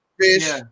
fish